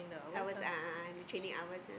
hours a'ah a'ah in the training hours a'ah